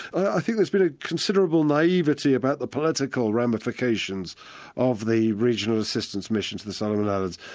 i think there's been a considerable naivete about the political ramifications of the regional assistance mission to the solomon islands,